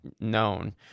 known